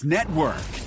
Network